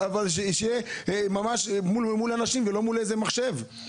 שיהיה ממש מול אנשים ולא מול מחשב.